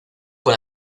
con